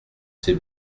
sais